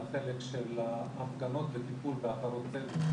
לחלק של ההפגנות וטיפול בהפרות סדר.